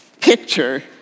picture